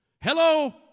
Hello